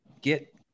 get